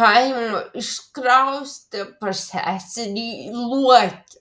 kaimo išsikraustė pas seserį į luokę